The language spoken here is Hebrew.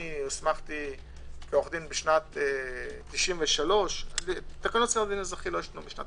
הוסמכתי כעורך דין בשנת 93'. תקנות סדר הדין האזרחי לא השתנו מאז.